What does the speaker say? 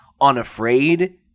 unafraid